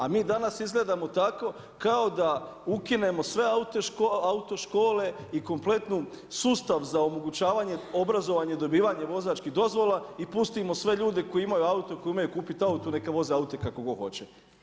A mi danas izgledamo tako kao da ukinimo sve autoškole i kompletni sustav za omogućavanje obrazovanje i dobivanje vozačkih dozvola i pustimo sve ljude koji imaju aute, koji imaju kupiti aute, neka voze aute kako god hoće.